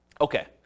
Okay